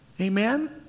Amen